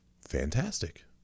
Fantastic